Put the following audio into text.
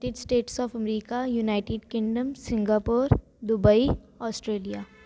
tits States of America United Kingdom Singapore Dubai Australia